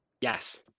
Yes